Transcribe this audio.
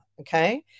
Okay